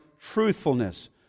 truthfulness